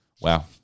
Wow